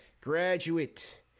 graduate